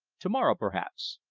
to-morrow perhaps.